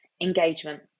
engagement